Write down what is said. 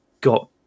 got